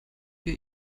wir